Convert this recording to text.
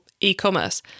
e-commerce